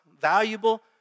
valuable